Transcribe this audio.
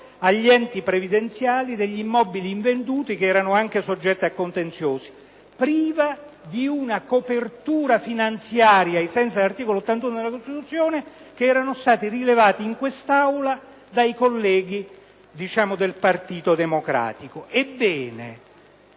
agli enti previdenziali degli immobili invenduti, che erano anche soggetti a contenzioso, operazione priva della copertura finanziaria, ai sensi dell'articolo 81 della Costituzione, come era stato rilevato in quest'Aula dai colleghi del Partito Democratico.